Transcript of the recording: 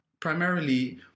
primarily